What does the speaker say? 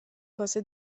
کاسه